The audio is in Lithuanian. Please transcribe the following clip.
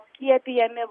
skiepijami vaikai